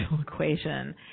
equation